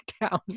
down